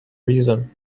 reason